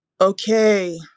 okay